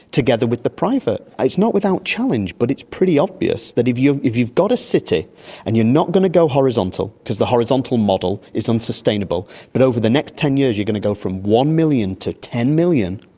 together with the private. it's not without a challenge but it's pretty obvious that if you've if you've got a city and you're not going to go horizontal because the horizontal model is unsustainable, but over the next ten years you are going to go from one million to ten million,